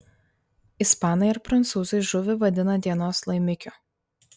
ispanai ar prancūzai žuvį vadina dienos laimikiu